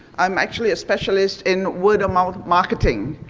i'm actually a specialist in word of mouth marketing.